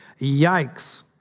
Yikes